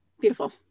beautiful